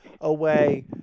away